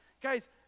Guys